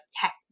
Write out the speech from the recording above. tech